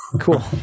Cool